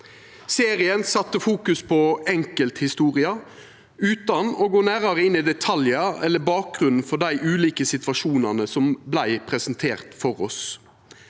Serien fokuserte på enkelthistorier utan å gå nærare inn i detaljar eller bakgrunnen for dei ulike situasjonane som vart presenterte for oss.